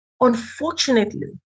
Unfortunately